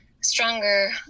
stronger